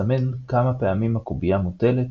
מסמן כמה פעמים הקובייה מוטלת,